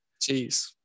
Jeez